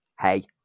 hey